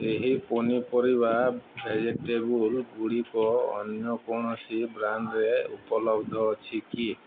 ଏହି ପନିପରିବା ଭେଜିଟେବୁଲ୍ ଗୁଡ଼ିକ ଅନ୍ୟ କୌଣସି ବ୍ରାଣ୍ଡ୍ରେ ଉପଲବ୍ଧ ଅଛି କି